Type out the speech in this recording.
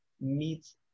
meets